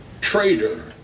traitor